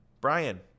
Brian